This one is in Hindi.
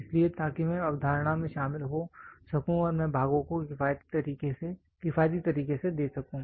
इसलिए ताकि मैं अवधारणा में शामिल हो सकूं और मैं भागों को किफायती तरीके से किफायती तरीके से दे सकूं